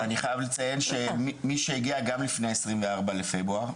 אז אני חייב לציין שמי שהגיע גם לפני ה-24 בפברואר,